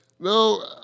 No